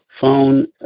phone